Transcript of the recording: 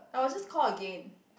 I will just call again